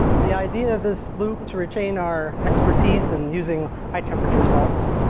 the idea of this loop to retain our expertise in using high temperature salts.